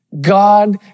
God